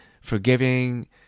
forgiving